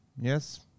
Yes